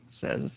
says